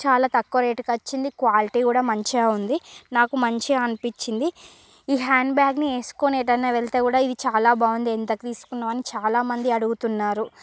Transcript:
చాలా తక్కువ రేట్కి వచ్చింది క్వాలిటీ కూడా మంచిగా ఉంది నాకు మంచిగా అనిపించింది ఈ హ్యాండ్ బ్యాగ్ని వేస్కుని ఎటయినా వెళ్తే కూడా ఇది చాల బాగుంది ఎంతకి తీసుకున్నావ్ అని చాలా మంది అడుగుతున్నారు